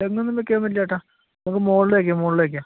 തെങ്ങ് ഒന്നും വെയ്ക്കാൻ പറ്റില്ല ഏട്ടാ നമുക്ക് മുകളിൽ വെക്കാം മുകളിൽ വെക്കാം